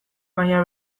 baina